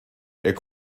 est